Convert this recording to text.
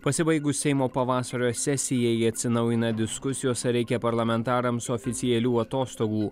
pasibaigus seimo pavasario sesijai atsinaujina diskusijos reikia parlamentarams oficialių atostogų